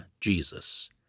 Jesus